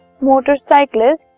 motorcyclist